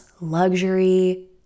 luxury